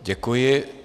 Děkuji.